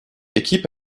équipe